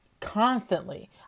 constantly